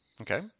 Okay